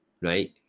right